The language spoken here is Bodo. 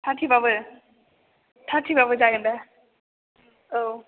थारथिबाबो थारथिबाबो जागोन दा औ